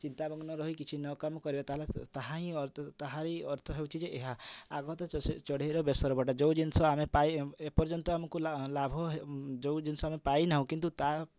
ଚିନ୍ତାମଗ୍ନ ରହି କିଛି ନ କାମ କରିବା ତାହାହେଲେ ସ୍ ତାହା ହିଁ ଅର୍ତ୍ ତାହା ହିଁ ଅର୍ଥ ହେଉଛି ଯେ ଏହା ଆଗତ ଚସ୍ ଚଢ଼େଇର ବେସର ବଟା ଯେଉଁ ଜିନଷ ଆମେ ପାଇ ଏପର୍ଯ୍ୟନ୍ତ ଆମକୁ ଲାଭ ହେ ଯେଉଁ ଜିନଷ ଆମେ ପାଇନାହୁଁ କିନ୍ତୁ ତା